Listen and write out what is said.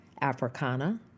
Africana